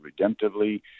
redemptively